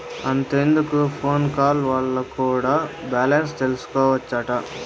అంతెందుకు phone call వల్ల కూడా బాలెన్స్ తెల్సికోవచ్చట